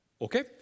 Okay